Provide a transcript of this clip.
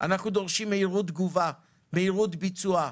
דורשים מהירות תגובה ומהירות ביצוע,